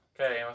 Okay